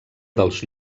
dels